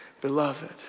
beloved